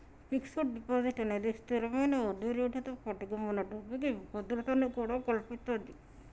fixed deposit అనేది స్తిరమైన వడ్డీరేటుతో పాటుగా మన డబ్బుకి భద్రతను కూడా కల్పిత్తది